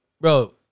Bro